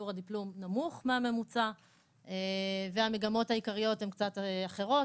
שיעור הדיפלום נמוך מהממוצע והמגמות העיקריות הן קצת אחרות,